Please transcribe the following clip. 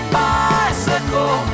bicycle